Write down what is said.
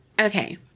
Okay